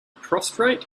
prostrate